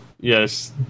yes